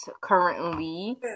currently